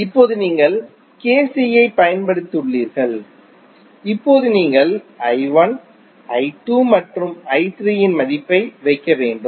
இப்போது நீங்கள் KCL ஐப் பயன்படுத்தியுள்ளீர்கள் இப்போது நீங்கள் I1 I2 மற்றும் I3 இன் மதிப்பை வைக்க வேண்டும்